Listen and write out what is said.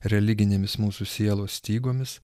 religinėmis mūsų sielos stygomis